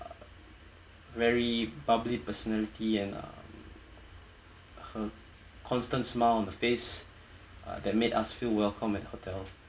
very bubbly personality and uh her constant smile on the face that made us feel welcome at hotel